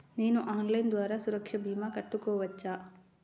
నేను ఆన్లైన్ ద్వారా సురక్ష భీమా కట్టుకోవచ్చా?